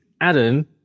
Adam